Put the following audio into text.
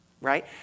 Right